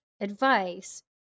advice